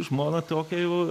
žmona tokią jau